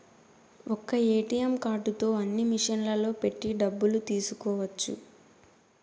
ఒక్క ఏటీఎం కార్డుతో అన్ని మిషన్లలో పెట్టి డబ్బులు తీసుకోవచ్చు